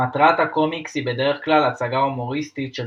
מטרת הקומיקס היא בדרך כלל הצגה הומוריסטית של